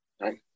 right